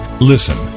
Listen